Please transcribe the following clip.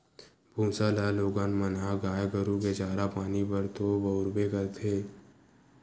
भूसा ल लोगन मन ह गाय गरु के चारा पानी बर तो बउरबे करथे